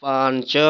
ପାଞ୍ଚ